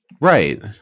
right